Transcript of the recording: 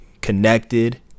connected